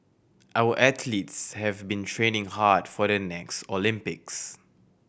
our athletes have been training hard for the next Olympics